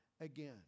again